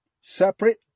separate